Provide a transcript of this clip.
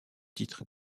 titre